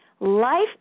life